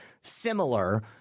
similar